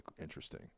interesting